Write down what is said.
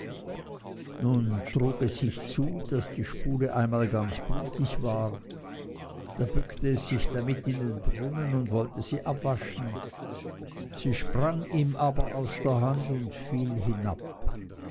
nun trug es sich zu daß die spule einmal ganz blutig war da bückte es sich damit in den brunnen und wollte sie abwaschen sie sprang ihm aber aus der hand und fiel hinab